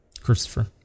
Christopher